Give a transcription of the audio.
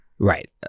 Right